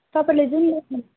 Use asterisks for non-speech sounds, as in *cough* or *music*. तपाईँले जुन *unintelligible*